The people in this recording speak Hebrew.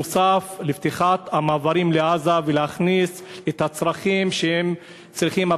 נוסף על פתיחת המעברים לעזה להכניס את המצרכים שהם צריכים,